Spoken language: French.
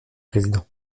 président